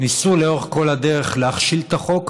ניסו לאורך כל הדרך להכשיל את החוק,